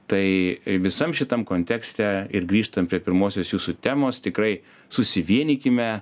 tai visam šitam kontekste ir grįžtant prie pirmosios jūsų temos tikrai susivienykime